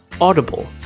Audible